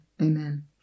Amen